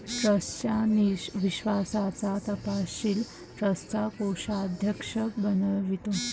ट्रस्टच्या विश्वासाचा तपशील ट्रस्टचा कोषाध्यक्ष बनवितो